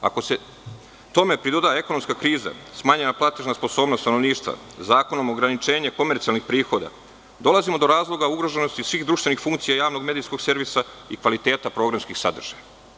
Ako se tome pridoda ekonomska kriza, smanjenja platežna sposobnost stanovništva, zakonom ograničenje komercijalnih prihoda, dolazimo do razloga ugroženosti svih društvenih funkcija javnog medijskog servisa i kvaliteta programskih sadržaja.